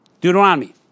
Deuteronomy